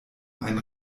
ein